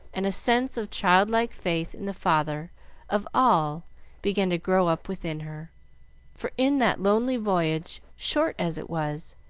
and a sense of childlike faith in the father of all began to grow up within her for in that lonely voyage, short as it was,